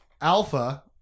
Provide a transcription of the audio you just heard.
alpha